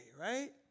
right